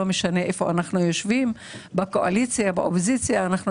לא משנה איפה אנחנו יושבים בקואליציה או באופוזיציה אנחנו